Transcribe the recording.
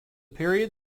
period